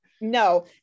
No